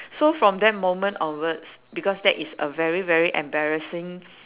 so from that moment onwards because that is a very very embarrassing